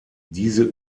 diese